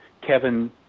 Kevin